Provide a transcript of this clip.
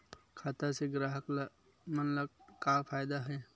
खाता से ग्राहक मन ला का फ़ायदा हे?